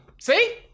See